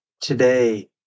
today